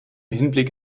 hinblick